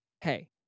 hey